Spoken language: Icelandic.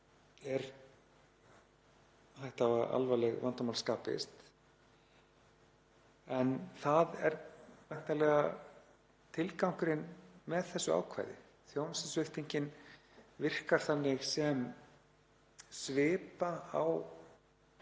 hætta á að alvarleg vandamál skapist, en það er væntanlega tilgangurinn með þessu ákvæði. Þjónustusviptingin virkar þannig sem svipa á